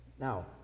Now